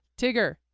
Tigger